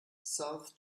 south